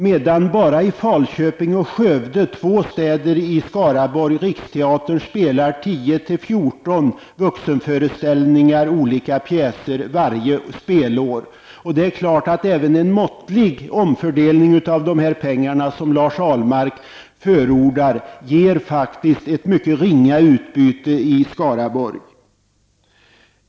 Men bara t.ex. i Falköping och Skövde, två städer i Skaraborgs län, ger Riksteatern 10--14 Den måttliga omfördelning av pengarna som Lars Ahlmark förordar ger faktiskt bara ett ringa utbyte när det gäller Skaraborg.